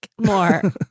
more